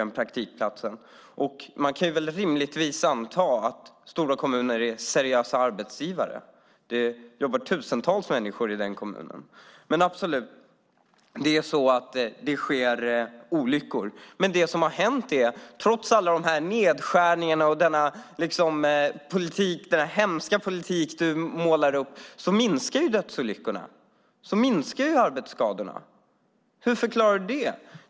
Man kan rimligtvis anta att stora kommuner är seriösa arbetsgivare. Det jobbar tusentals människor i den kommunen. Det sker olyckor. Men trots alla de här nedskärningarna och denna hemska politik, som du målar upp, minskar dödsolyckorna. Och arbetsskadorna minskar. Hur förklarar du det?